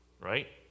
right